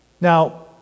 Now